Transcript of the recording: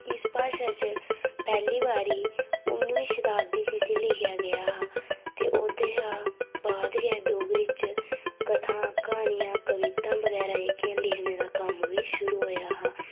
इस भाशा च पैह्ली बारी उ 'न्नमीं शताब्दी च इसी लिखेआ गेआ हा ते ओह्दे शा बाद गै डोगरी च कत्थां क्हानियां कवितां बगैरा जेह्कियां लिखने दा कम्म शुरू होआ हा